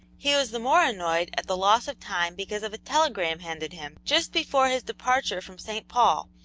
he was the more annoyed at the loss of time because of a telegram handed him just before his departure from st. paul,